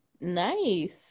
Nice